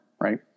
right